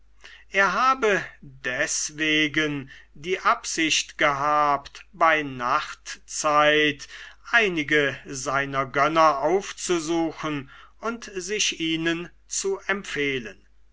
er habe deswegen die absicht gehabt bei nachtzeit einige seiner gönner aufzusuchen und sich ihnen zu empfehlen